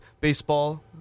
baseball